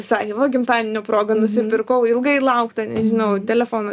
sakė gimtadienio proga nusipirkau ilgai lauktą nežinau telefoną